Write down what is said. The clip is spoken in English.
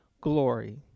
glory